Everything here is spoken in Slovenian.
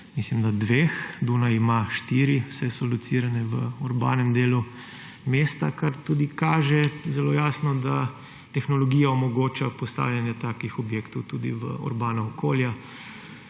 mislim, da dveh. Dunaj ima štiri, vse so locirane v urbanem delu mesta, kar tudi kaže zelo jasno, da tehnologija omogoča postavljanje takih objektov tudi v urbanem okolju